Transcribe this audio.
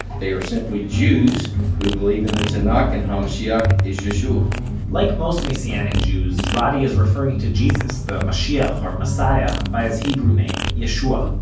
they are simply jews who believe in the tanakh and hamashiach is yeshu'a like most messianic jews, roddie is referring to jesus, the mashiach, yeah or messiah, by his hebrew name, yeshu'a.